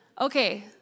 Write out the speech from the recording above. Okay